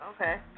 Okay